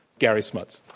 larry smuts.